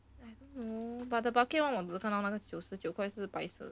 don't know but the bucket 我只是看到那个九十九块是白色的